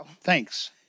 Thanks